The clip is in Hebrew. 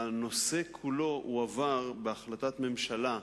הנושא כולו הועבר בהחלטת ממשלה,